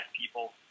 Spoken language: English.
people